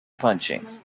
punching